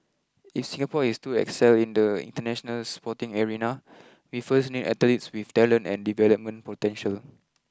if Singapore is to excel in the international sporting arena we first need athletes with talent and development potential